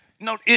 No